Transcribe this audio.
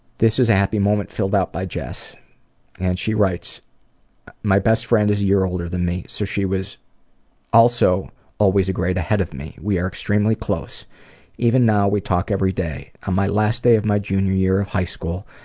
this is a happy moment filled out by jess and she writes my best friend is year older than me so she was also always a grade ahead of me. we are extremely close even now we talk every day. on my last day of my junior year of high school,